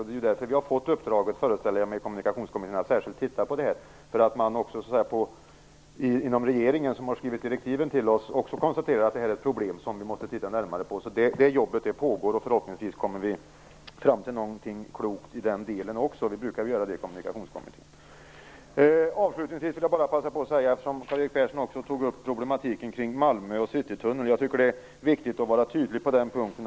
Jag föreställer mig också att det är därför som vi i Kommunikationskommittén har fått uppdraget att särskilt studera det här. Också inom regeringen, som har skrivit direktiven till oss, har man konstaterat att det här är ett problem som vi måste titta närmare på. Det arbetet pågår alltså, och förhoppningsvis kommer vi fram till något klokt också i det avseendet. Vi brukar göra det i Kommunikationskommittén. Avslutningsvis vill jag bara passa på att säga, eftersom Karl-Erik Persson också tog upp problematiken kring Malmö och citytunneln, att jag tycker att det är viktigt att vara tydlig på den punkten.